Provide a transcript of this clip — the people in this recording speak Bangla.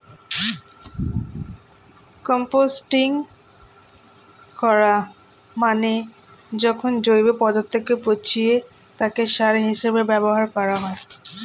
কম্পোস্টিং করা মানে যখন জৈব পদার্থকে পচিয়ে তাকে সার হিসেবে ব্যবহার করা হয়